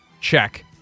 Check